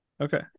Okay